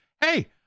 Hey